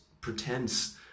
pretense